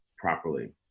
properly